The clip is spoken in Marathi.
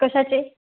कशाचे